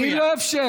אני לא אאפשר.